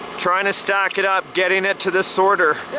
trying to stack it up, getting it to the sorter.